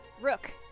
Rook